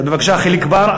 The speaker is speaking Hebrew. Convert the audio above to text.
בבקשה, חיליק בר.